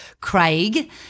Craig